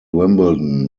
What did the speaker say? wimbledon